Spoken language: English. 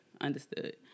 Understood